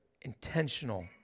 intentional